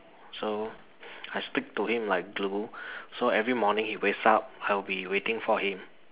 so I stick to him like glue so every morning he wakes up I will be waiting for him